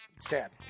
sad